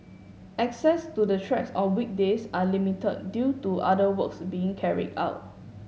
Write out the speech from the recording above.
access to the tracks on weekdays are limited due to other works being carried out